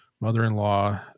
mother-in-law